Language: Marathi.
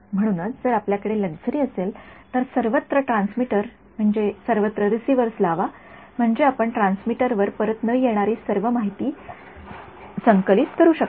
म्हणूनच जर आपल्याकडे लक्झरी असेल तर सर्वत्र ट्रान्समीटर म्हणजे सर्वत्र रिसीव्हर्स लावा म्हणजे आपण ट्रान्समीटरवर परत न येणारी सर्व माहिती संकलित करू शकता